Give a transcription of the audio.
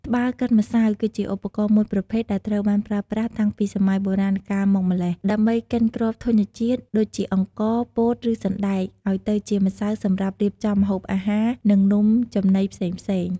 ត្បាល់កិនម្សៅ គឺជាឧបករណ៍មួយប្រភេទដែលត្រូវបានប្រើប្រាស់តាំងពីសម័យបុរាណកាលមកម្ល៉េះ ដើម្បីកិនគ្រាប់ធញ្ញជាតិ ដូចជាអង្ករ ពោត ឬសណ្ដែក ឲ្យទៅជាម្សៅសម្រាប់រៀបចំម្ហូបអាហារ និងនំចំណីផ្សេងៗ។